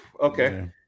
Okay